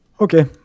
Okay